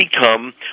become